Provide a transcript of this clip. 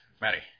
Maddie